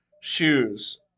shoes